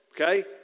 okay